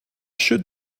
should